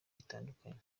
bitandukanye